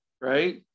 right